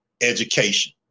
education